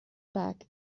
back